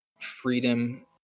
freedom